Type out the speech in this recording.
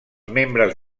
membres